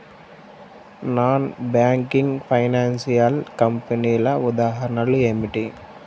Non banking financial కంపెనీల ఉదాహరణలు ఏమిటి?